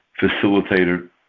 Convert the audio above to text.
facilitator